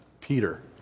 Peter